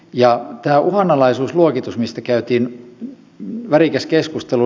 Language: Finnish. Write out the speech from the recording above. ja tämä uhanalaisuusluokitus mistä käytiin värikäs keskustelu